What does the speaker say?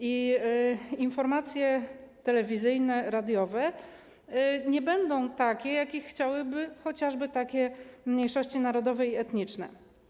Informacje telewizyjne, radiowe nie będą takie, jakich chciałyby chociażby mniejszości narodowe i etniczne.